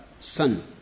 son